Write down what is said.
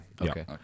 okay